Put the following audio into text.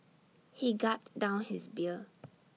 he gulped down his beer